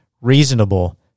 reasonable